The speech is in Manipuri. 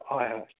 ꯍꯣꯏ ꯍꯣꯏ